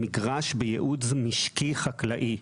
מגרש בייעוד משקי חקלאי,